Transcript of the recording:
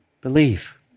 Believe